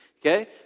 okay